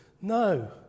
No